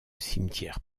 cimetière